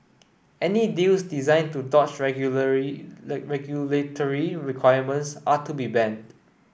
any deals designed to dodge regulatory requirements are to be banned